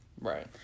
Right